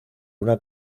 una